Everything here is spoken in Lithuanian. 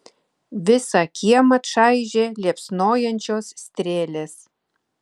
visą kiemą čaižė liepsnojančios strėlės